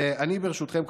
ברשותכם,